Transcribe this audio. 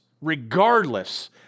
regardless